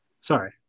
Sorry